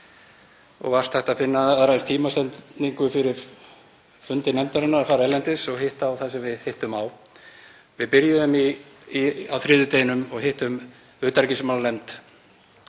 og vart hægt að finna aðra eins tímasetningu fyrir fund nefndarinnar að fara erlendis og hitta á það sem við hittum á. Við byrjuðum á þriðjudeginum og hittum utanríkismálanefnd